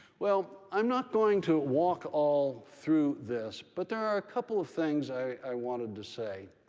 well, i'm not going to walk all through this, but there are a couple of things i wanted to say.